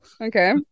Okay